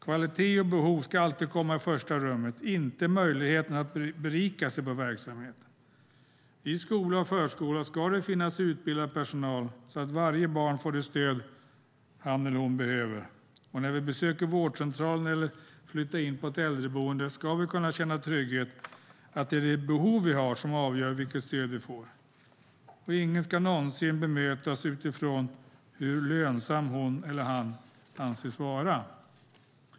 Kvaliteten och behoven ska alltid komma i första rummet, inte möjligheten att berika sig på verksamheten. I skola och förskola ska det finnas utbildad personal så att varje barn får det stöd han eller hon behöver. När vi besöker vårdcentralen eller flyttar in på ett äldreboende ska vi kunna känna trygghet i att det är de behov som vi har som avgör vilket stöd vi får. Ingen ska någonsin bemötas utifrån hur lönsam hon eller han anses vara.